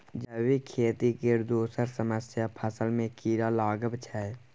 जैबिक खेती केर दोसर समस्या फसल मे कीरा लागब छै